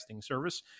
service